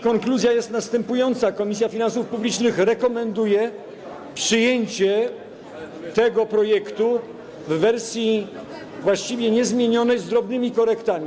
Konkluzja jest następująca: Komisja Finansów Publicznych rekomenduje przyjęcie tego projektu w wersji właściwie niezmienionej, z drobnymi korektami.